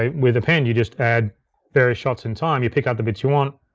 ah with append, you just add various shots in time, you pick out the bits you want,